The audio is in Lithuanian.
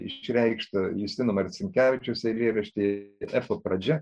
išreikšta justino marcinkevičiaus eilėrašty epo pradžia